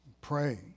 pray